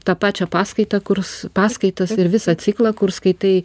tą pačią paskaitą kurs paskaitas ir visą ciklą kur skaitai